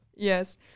Yes